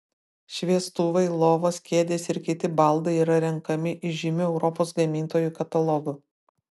šviestuvai lovos kėdės ir kiti baldai yra renkami iš žymių europos gamintojų katalogų